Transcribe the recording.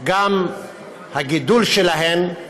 שגם הגידול שלהן,